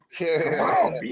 Wow